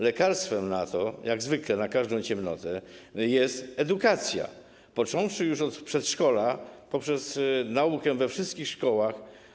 Lekarstwem na to, jak na każdą ciemnotę, jest edukacja, począwszy już od przedszkola, poprzez naukę we wszystkich szkołach.